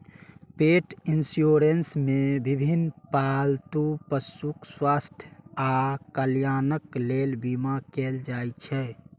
पेट इंश्योरेंस मे विभिन्न पालतू पशुक स्वास्थ्य आ कल्याणक लेल बीमा कैल जाइ छै